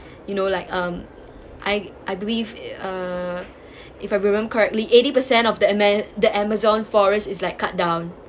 you know like um I I believe uh if I remember correctly eighty percent of the ami~ the amazon forest is like cut down